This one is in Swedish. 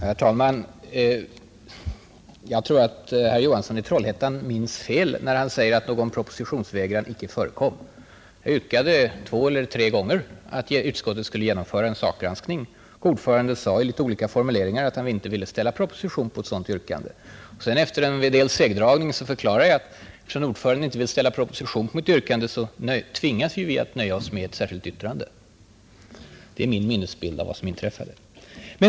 Herr talman! Jag tror att herr Johansson i Trollhättan minns fel när han säger att någon propositionsvägran icke förekom. Jag yrkade två eller tre gånger att utskottet skulle genomföra en sakgranskning. Ordföranden sade med litet olika formuleringar att han inte ville ställa propostion på ett sådant yrkande. Efter en del segdragningar förklarade jag, att eftersom ordföranden vägrade att ställa proposition på mitt yrkande, så tvingades vi att nöja oss med ett särskilt yttrande. Det är min säkra minnesbild av vad som inträffade.